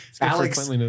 Alex